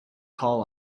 call